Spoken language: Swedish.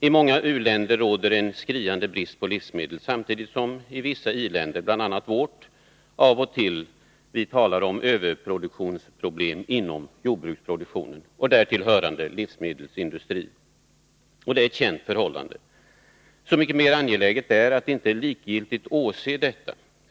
I många u-länder råder en skriande brist på livsmedel, samtidigt som man i vissa i-länder, bl.a. i vårt land, då och då talar om överproduktionsproblem inom jordbruket och därtill hörande livsmedelsindustri. Det är ett känt förhållande. Så mycket mer angeläget är att inte likgiltigt åse detta.